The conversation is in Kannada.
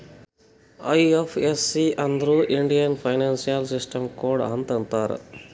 ಐ.ಎಫ್.ಎಸ್.ಸಿ ಅಂದುರ್ ಇಂಡಿಯನ್ ಫೈನಾನ್ಸಿಯಲ್ ಸಿಸ್ಟಮ್ ಕೋಡ್ ಅಂತ್ ಅಂತಾರ್